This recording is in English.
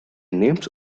names